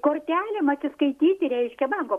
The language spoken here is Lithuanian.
kortelėm atsiskaityti reiškia banko